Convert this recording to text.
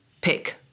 pick